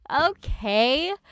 Okay